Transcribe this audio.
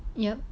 ya